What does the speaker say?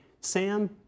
Sam